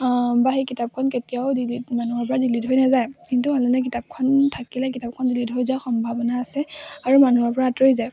বা সেই কিতাপখন কেতিয়াও ডিলিট মানুহৰ পৰা ডিলিট হৈ নাযায় কিন্তু অনলাইনত কিতাপখন থাকিলে কিতাপখন ডিলিট হৈ যোৱাৰ সম্ভাৱনা আছে আৰু মানুহৰ পৰা আঁতৰি যায়